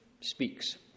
speaks